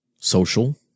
social